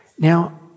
Now